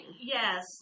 Yes